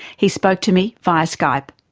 he spoke to me via skype.